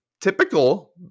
Typical